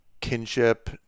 kinship